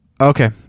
Okay